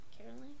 Caroline